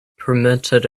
permitted